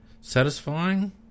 satisfying